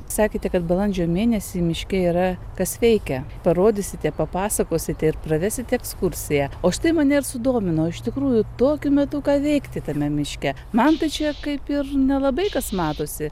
sakėte kad balandžio mėnesį miške yra kas veikia parodysite papasakosite ir pravesite ekskursiją o štai mane ir sudomino iš tikrųjų tokiu metu ką veikti tame miške man tai čia kaip ir nelabai kas matosi